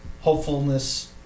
hopefulness